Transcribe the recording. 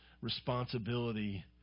responsibility